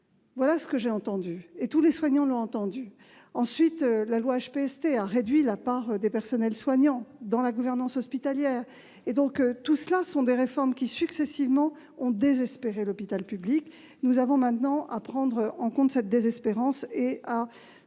Voilà ce que, comme tous les soignants, j'ai entendu. Ensuite, la loi HPST a réduit la part des personnels soignants dans la gouvernance hospitalière. Ces réformes successives ont désespéré l'hôpital public. Nous devons maintenant prendre en compte cette désespérance et